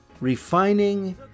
refining